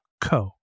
co